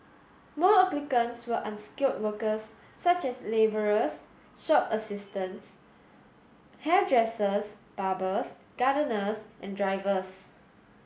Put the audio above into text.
most applicants were unskilled workers such as labourers shop assistants hairdressers barbers gardeners and drivers